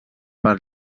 per